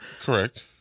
correct